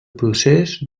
procés